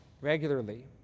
regularly